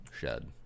shed